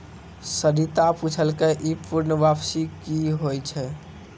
सरिता पुछलकै ई पूर्ण वापसी कि होय छै?